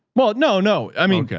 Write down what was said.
well, no, no. i mean,